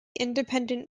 independent